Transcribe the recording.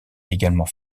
également